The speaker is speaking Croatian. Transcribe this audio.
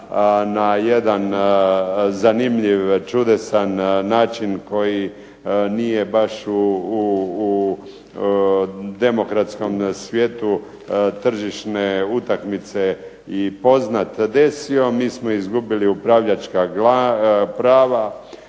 na jedan zanimljiv čudesan način koji nije baš u demokratskom svijetu tržišne utakmice i poznat desio. Mi smo izgubili upravljačka prava.